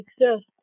exist